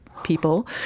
people